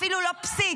אפילו לא פסיק.